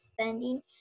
spending